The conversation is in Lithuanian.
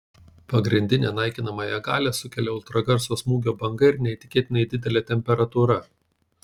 pagrindinę naikinamąją galią sukelia ultragarso smūgio banga ir neįtikėtinai didelė temperatūra